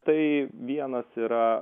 tai vienas yra